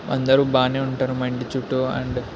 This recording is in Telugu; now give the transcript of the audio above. అందరు బాగా ఉంటారు మా చుట్టు అండ్